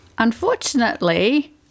Unfortunately